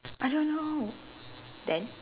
I don't know then